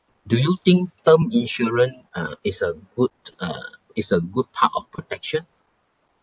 do you think term insurance uh is a good uh is a good type of protection